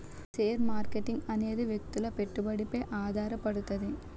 share marketing అనేది వ్యక్తుల పెట్టుబడిపై ఆధారపడుతది